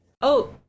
Oh-